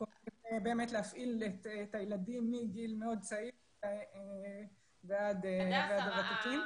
אנחנו משתדלים להפעיל את הילדים מגיל מאוד צעיר ועד הוותיקים.